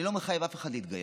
אני לא מחייב אף אחד להתגייר.